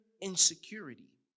insecurity